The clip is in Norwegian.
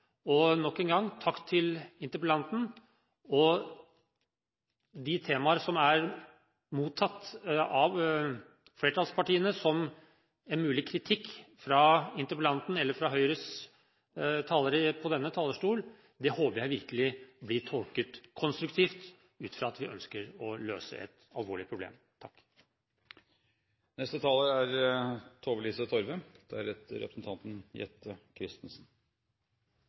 situasjon. Nok en gang: Takk til interpellanten. De temaer som av flertallspartiene er mottatt som en mulig kritikk fra interpellanten eller fra Høyres talere på denne talerstol, håper jeg virkelig blir tolket konstruktivt ut fra at vi ønsker å løse et alvorlig problem. All honnør til Tetzschner som tar opp dette viktige temaet i Stortinget, men jeg må også si at jeg er